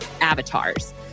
avatars